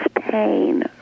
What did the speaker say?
pain